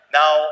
now